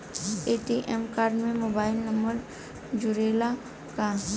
ATM card में mobile number जुरेला का?